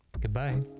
Goodbye